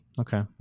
Okay